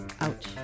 Ouch